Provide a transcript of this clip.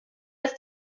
ist